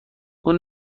اون